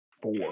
Four